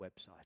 website